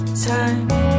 time